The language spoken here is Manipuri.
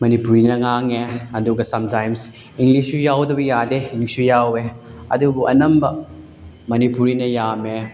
ꯃꯅꯤꯄꯨꯔꯤꯅ ꯉꯥꯡꯉꯦ ꯑꯗꯨꯒ ꯁꯝ ꯇꯥꯏꯝꯁ ꯏꯪꯂꯤꯁꯁꯨ ꯌꯥꯎꯗꯕ ꯌꯥꯗꯦ ꯏꯪꯂꯤꯁꯁꯨ ꯌꯥꯎꯋꯦ ꯑꯗꯨꯕꯨ ꯑꯅꯝꯕ ꯃꯅꯤꯄꯨꯔꯤꯅ ꯌꯥꯝꯃꯦ